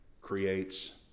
creates